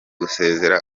gusezera